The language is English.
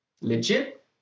legit